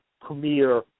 premier